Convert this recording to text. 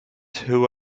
who